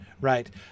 right